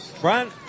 Brian